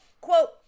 Quote